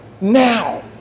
now